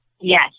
Yes